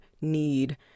need